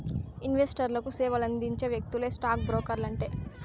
ఇన్వెస్టర్లకు సేవలందించే వ్యక్తులే స్టాక్ బ్రోకర్లంటే